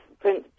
Prince